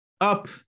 up